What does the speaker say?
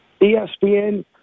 ESPN